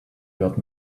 got